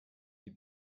die